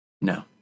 No